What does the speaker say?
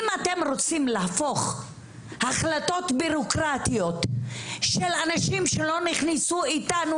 אם אתם רוצים להפוך החלטות ביורוקרטיות של אנשים שלא נכנסו איתנו